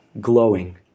glowing